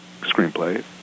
screenplay